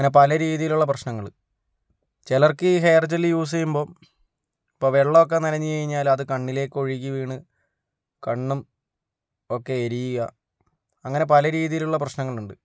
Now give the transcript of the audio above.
അങ്ങനെ പല രീതിയിലുള്ള പ്രശ്നങ്ങള് ചിലർക്ക് ഈ ഹെയർ ജെല്ല് യൂസ് ചെയ്യുമ്പോൾ ഇപ്പോൾ വെള്ളമൊക്കെ നനഞ്ഞു കഴിഞ്ഞാല് അത് കണ്ണിലേക്കൊഴുകി വീണ് കണ്ണും ഒക്കെ എരിയുക അങ്ങനെ പല രീതിയിലുള്ള പ്രശ്നങ്ങളുണ്ട്